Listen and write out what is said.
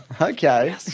Okay